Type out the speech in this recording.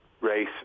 race